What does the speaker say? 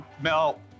Mel